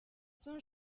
son